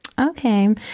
okay